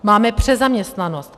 Máme přezaměstnanost.